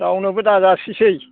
रावनोबो दाजासिसै